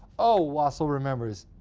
oh, wassel remembers,